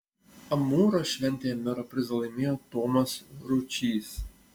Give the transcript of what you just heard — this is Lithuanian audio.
amūro šventėje mero prizą laimėjo tomas ručys